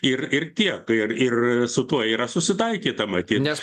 ir ir tiek ir ir su tuo yra susitaikyta matyt